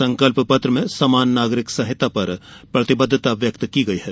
संकल्प पत्र में समान नागरिक संहिता पर प्रतिबद्धता व्यक्त की गई है